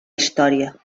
història